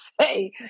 say